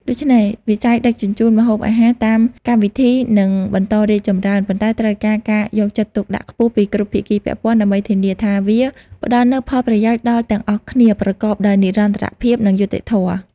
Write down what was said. ដូច្នេះ វិស័យដឹកជញ្ជូនម្ហូបអាហារតាមកម្មវិធីនឹងបន្តរីកចម្រើន ប៉ុន្តែត្រូវការការយកចិត្តទុកដាក់ខ្ពស់ពីគ្រប់ភាគីពាក់ព័ន្ធដើម្បីធានាថាវាផ្តល់នូវផលប្រយោជន៍ដល់ទាំងអស់គ្នាប្រកបដោយនិរន្តរភាព និងយុត្តិធម៌។